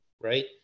right